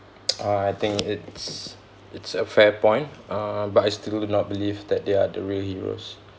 uh I think it's it's a fair point uh but I still do not believe that they are the real heroes